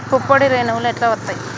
పుప్పొడి రేణువులు ఎట్లా వత్తయ్?